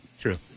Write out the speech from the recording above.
True